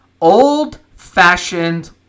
old-fashioned